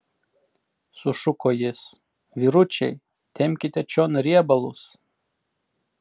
sušuko jis vyručiai tempkite čion riebalus